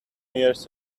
years